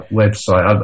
website